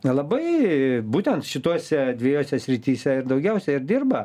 na labai būtent šitose dviejose srityse ir daugiausia ir dirba